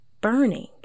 burning